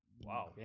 Wow